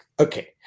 Okay